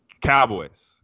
Cowboys